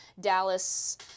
Dallas